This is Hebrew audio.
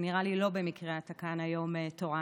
נראה לי שלא במקרה אתה כאן היום תורן,